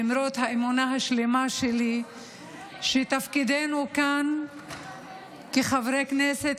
למרות האמונה השלמה שלי שתפקידנו כאן כחברי כנסת,